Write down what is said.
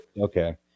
okay